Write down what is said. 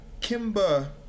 Kimba